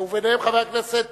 וביניהן, חבר הכנסת